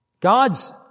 God's